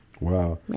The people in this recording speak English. Wow